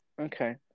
okay